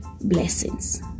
Blessings